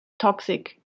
toxic